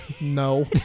No